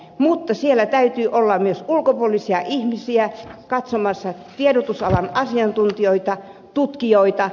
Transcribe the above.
mutta siellä täytyy olla myös ulkopuolisia ihmisiä tiedotusalan asiantuntijoita tutkijoita